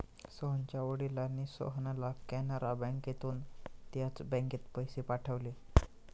सोहनच्या वडिलांनी सोहनला कॅनरा बँकेतून त्याच बँकेत पैसे पाठवले